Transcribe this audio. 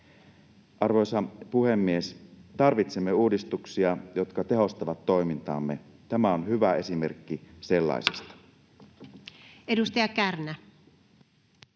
Arvoisa puhemies! Tarvitsemme uudistuksia, jotka tehostavat toimintaamme. Tämä on hyvä esimerkki sellaisesta. Edustaja Kärnä.